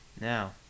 Now